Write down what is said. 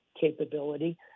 capability